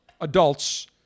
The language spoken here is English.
adults